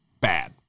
bad